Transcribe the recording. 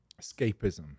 escapism